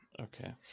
Okay